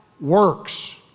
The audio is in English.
works